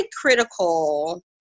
critical